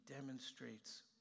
demonstrates